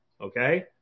Okay